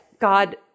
God